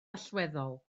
allweddol